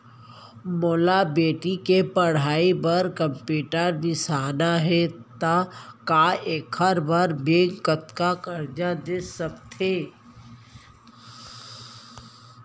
मोला बेटी के पढ़ई बार कम्प्यूटर बिसाना हे त का एखर बर बैंक कतका करजा दे सकत हे?